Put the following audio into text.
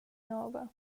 nova